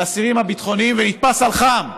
לאסירים הביטחוניים, ונתפס על חם.